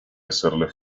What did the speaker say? hacerle